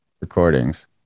recordings